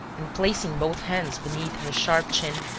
and placing both hands beneath her sharp chin,